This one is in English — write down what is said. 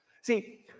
See